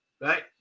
right